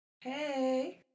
Hey